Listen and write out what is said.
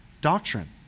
doctrine